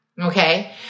Okay